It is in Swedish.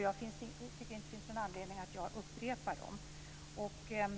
Jag tycker inte att det finns någon anledning att jag upprepar dem.